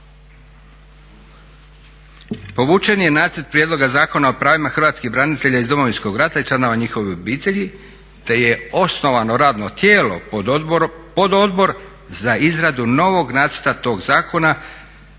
povučen je nacrt prijedloga Zakona o pravima hrvatskih branitelja iz Domovinskog rata i članova njihovih obitelji te je osnovano radno tijelo pododbor za izradu novog nacrta tog zakona